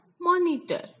monitor